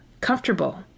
comfortable